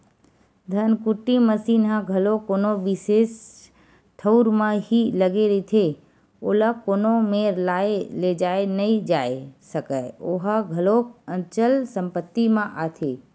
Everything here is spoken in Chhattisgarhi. धनकुट्टी मसीन ह घलो कोनो बिसेस ठउर म ही लगे रहिथे, ओला कोनो मेर लाय लेजाय नइ जाय सकय ओहा घलोक अंचल संपत्ति म आथे